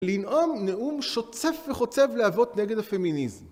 לנאום נאום שוצף וחוצב להבות נגד הפמיניזם.